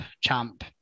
champ